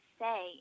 say